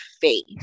faith